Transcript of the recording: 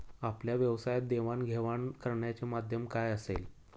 आपल्या व्यवसायात देवाणघेवाण करण्याचे माध्यम काय असेल?